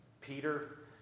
Peter